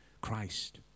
Christ